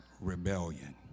Rebellion